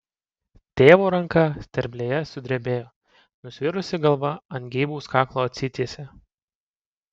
tėvo ranka sterblėje sudrebėjo nusvirusi galva ant geibaus kaklo atsitiesė